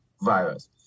virus